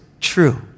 True